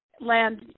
land